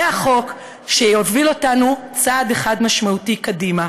זה החוק שיוביל אותנו צעד אחד משמעותי קדימה.